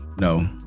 No